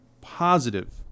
positive